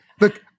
look